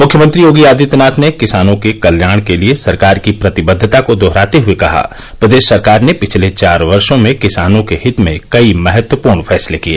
मुख्यमंत्री योगी आदित्यनाथ ने किसानों के कल्याण के लिए सरकार की प्रतिबद्वता को दोहराते हुए कहा प्रदेश सरकार ने पिछले चार वर्षो में किसानों के हित में कई महत्वपूर्ण फैसले किए